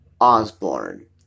Osborne